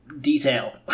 detail